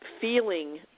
feeling